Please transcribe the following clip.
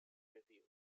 review